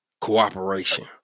cooperation